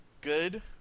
good